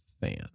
fan